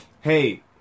hey